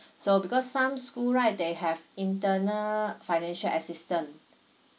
so because some school right they have internal financial assistant